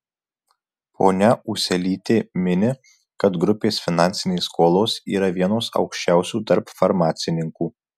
ponia ūselytė mini kad grupės finansinės skolos yra vienos aukščiausių tarp farmacininkų